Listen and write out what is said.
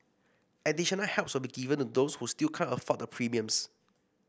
additional helps will be given to those who still can't afford the premiums